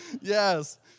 yes